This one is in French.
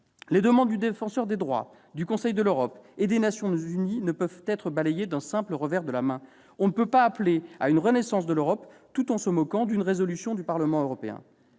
Les demandes du Défenseur des droits, du Conseil de l'Europe et des Nations unies ne peuvent être balayées d'un simple revers de la main. On ne peut pas appeler à une renaissance de l'Europe, tout en se moquant d'une résolution du Parlement européen.